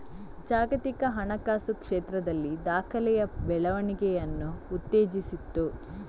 ಜಾಗತಿಕ ಹಣಕಾಸು ಕ್ಷೇತ್ರದಲ್ಲಿ ದಾಖಲೆಯ ಬೆಳವಣಿಗೆಯನ್ನು ಉತ್ತೇಜಿಸಿತು